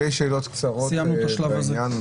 שאלות קצרות בעניין,